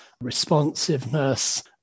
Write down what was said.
responsiveness